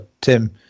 Tim